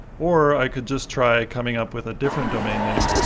or i could just try coming up with a different domain name,